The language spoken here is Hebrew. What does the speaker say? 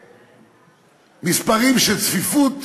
ומספרים של צפיפות